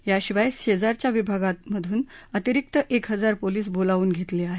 याशिवाय शैजारच्या विभागांमधून अतिरिक्त एक हजार पोलीस बोलावून घेतले आहेत